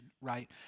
right